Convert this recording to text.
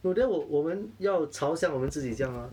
bu~ then 我我们要朝向我们自己这样啊